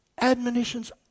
admonitions